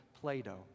Plato